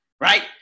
right